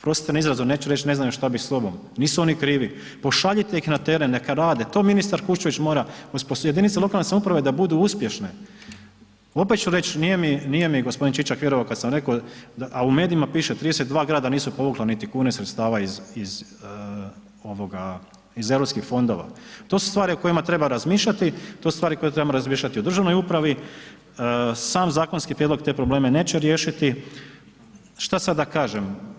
oprostite na izrazu, neću reć ne znaju šta bi sa sobom, nisu oni krivi, pošaljite ih na teren neka rade, to ministar Kuščević mora osposobiti, jedinice lokalne samouprave da budu uspješne, opet ću reć, nije mi, nije mi g. Čičak vjerovao kad sam rekao, a u medijima piše 32 grada nisu povukla niti kune sredstava iz Europskih fondova, to su stvari o kojima treba razmišljati, to su stvari koje trebamo razmišljati o državnoj upravi, sam zakonski prijedlog te probleme neće riješiti, šta sad da kažem?